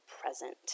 present